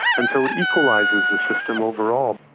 and so it equalises the system overall.